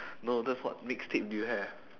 no that's what mixtape do you have